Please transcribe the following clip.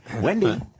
Wendy